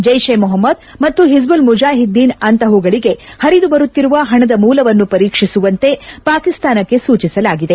ಜೈಷೇ ಮೊಹಮ್ಮದ್ ಮತ್ತು ಹಿಜ್ಬುಲ್ ಮುಜಾಹಿದ್ದೀನ್ ಅಂತಹುಗಳಿಗೆ ಹರಿದು ಬರುತ್ತಿರುವ ಹಣದ ಮೂಲವನ್ನು ಪರೀಕ್ಷಿಸುವಂತೆ ಪಾಕಿಸ್ತಾನಕ್ಷೆ ಸೂಚಿಸಲಾಗಿದೆ